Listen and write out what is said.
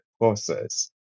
process